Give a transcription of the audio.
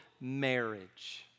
marriage